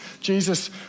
Jesus